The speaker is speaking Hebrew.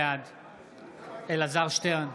בעד אלעזר שטרן,